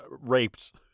raped